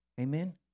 Amen